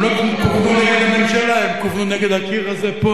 אם כן, כבודו יחליט מה הוא רוצה.